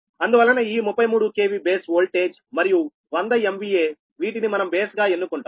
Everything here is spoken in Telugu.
అందువలన ఈ 33 KV బేస్ వోల్టేజ్ మరియు 100 MVA వీటిని మనం బేస్ గా ఎన్నుకుంటాం